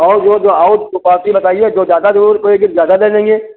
और जो जो और बाकी बताइए जो ज्यादा जोर कोई के ज्यादा ले लेंगे